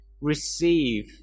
receive